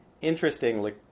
interestingly